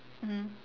mmhmm